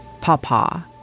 Papa